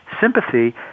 sympathy